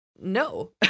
no